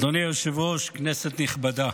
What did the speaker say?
אדוני היושב-ראש, כנסת נכבדה,